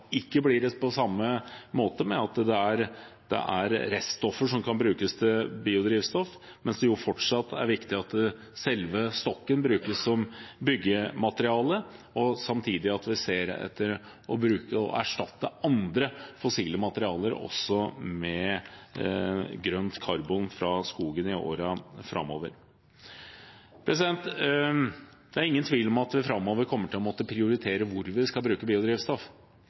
ikke blir det på samme måte, at reststoffer kan brukes til biodrivstoff, mens det fortsatt er viktig at selve stokken brukes som byggemateriale. Samtidig ser vi etter å erstatte andre fossile materialer med grønt karbon fra skogen i årene framover. Det er ingen tvil om at vi framover kommer til å måtte prioritere hvor vi skal bruke biodrivstoff.